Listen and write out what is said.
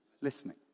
listening